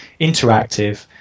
interactive